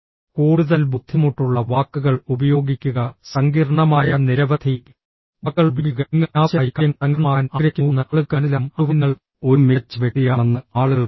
കൂടുതൽ ബുദ്ധിമുട്ടുള്ള വാക്കുകൾ ഉപയോഗിക്കുക സങ്കീർണ്ണമായ നിരവധി വാക്കുകൾ ഉപയോഗിക്കുക നിങ്ങൾ അനാവശ്യമായി കാര്യങ്ങൾ സങ്കീർണ്ണമാക്കാൻ ആഗ്രഹിക്കുന്നുവെന്ന് ആളുകൾക്ക് മനസ്സിലാകും അതുവഴി നിങ്ങൾ ഒരു മികച്ച വ്യക്തിയാണെന്ന് ആളുകൾ കരുതും